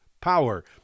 power